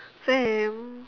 same